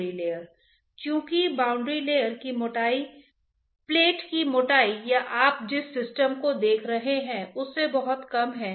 अधिकांश वास्तविक प्रणालियों में आप देखेंगे कि यह एक साथ होता है